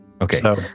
Okay